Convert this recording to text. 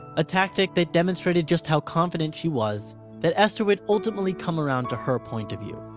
a tactic that demonstrated just how confident she was that esther would ultimately come around to her point of view.